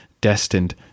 destined